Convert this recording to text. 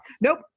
nope